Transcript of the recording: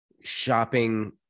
shopping